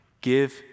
give